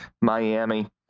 Miami